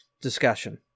discussion